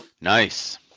nice